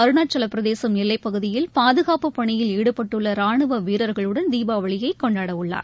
அருணாச்சலப்பிரதேசம் எல்லைப்பகுதியில் பாதுகாப்புப்பணியில் ஈடுபட்டுள்ளரானுவவீரர்களுடன் தீபாவளியைகொண்டாடவுள்ளார்